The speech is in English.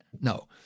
No